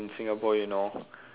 in Singapore you know